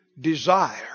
desire